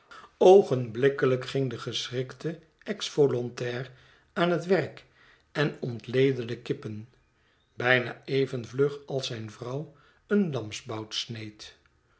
ging de geschrikte exvolontair aan het werk en ontleedde de kippen bijna even vlug als zijn vrouw een